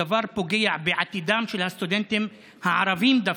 הדבר פוגע בעתידם של הסטודנטים הערבים דווקא,